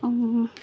ଆଉ